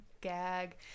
Gag